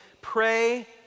pray